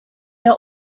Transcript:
are